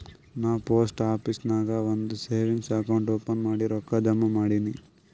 ನಾ post office ನಾಗ್ ಒಂದ್ ಸೇವಿಂಗ್ಸ್ ಅಕೌಂಟ್ ಓಪನ್ ಮಾಡಿ ರೊಕ್ಕಾ ಜಮಾ ಮಾಡಿನಿ